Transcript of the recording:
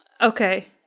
okay